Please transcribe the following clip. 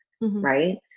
right